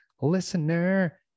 listener